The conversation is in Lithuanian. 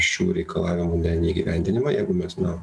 šių reikalavimų ne neįgyvendinimą jeigu mes na